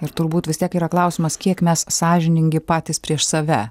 ir turbūt vis tiek yra klausimas kiek mes sąžiningi patys prieš save